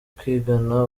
kwigana